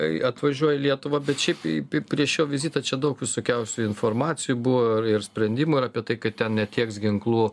atvažiuoja į lietuvą bet šiaip prieš jo vizitą čia daug visokiausių informacijų buvo ir sprendimų ir apie tai kad ten netieks ginklų